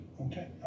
okay